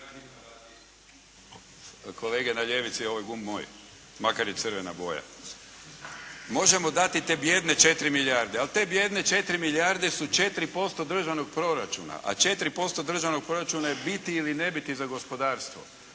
kolege na ljevici ovaj je gumb moj makar je crvena boja. Možemo dati te bijedne 4 milijarde ali te bijedne 4 milijarde su 4% državnog proračuna a 4% državnog proračuna je biti ili ne biti za gospodarstvo.